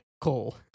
Cole